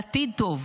לעתיד טוב,